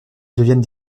deviennent